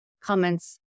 comments